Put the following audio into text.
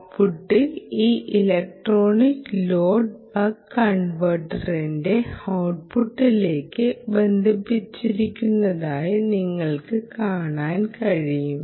ഔട്ട്പുട്ടിൽ ഈ electronic load buck കൺവെർട്ടറിന്റെ ഔട്ട്പുട്ടിലേക്ക് ബന്ധിപ്പിച്ചിരിക്കുന്നതായി നിങ്ങൾക്ക് കാണാൻ കഴിയും